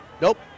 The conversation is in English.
Nope